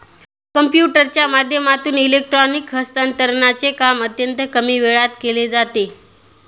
कम्प्युटरच्या माध्यमातून इलेक्ट्रॉनिक हस्तांतरणचे काम अत्यंत कमी वेळात केले जाते